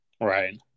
Right